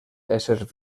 éssers